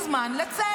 בוא, בלי מניפולציות.